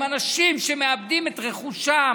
עם אנשים שמאבדים את רכושם,